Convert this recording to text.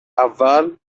اول